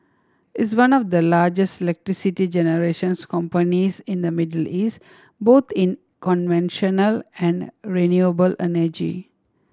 it's one of the largest electricity generations companies in the Middle East both in conventional and renewable energy